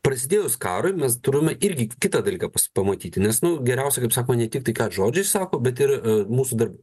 prasidėjus karui mes turime irgi kitą dalyką pas pamatyti nes nu geriausia kaip sakoma ne tik tai ką žodžiai sako bet ir mūsų dar